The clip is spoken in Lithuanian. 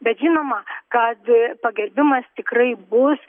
bet žinoma kad pagerbimas tikrai bus